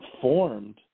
formed